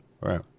Right